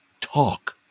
Talk